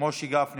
משה גפני.